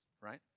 right